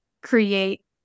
create